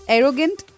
Arrogant